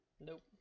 Nope